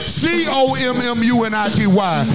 community